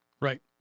Right